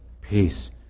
peace